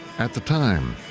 at the time,